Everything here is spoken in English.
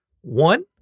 one